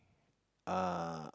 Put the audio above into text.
uh